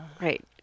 right